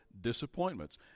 disappointments